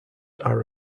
are